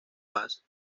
vas